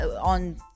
on